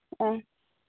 অঁ